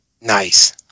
Nice